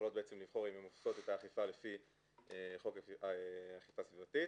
יכולות לבחור אם הן עושות את האכיפה לפי חוק אכיפה סביבתית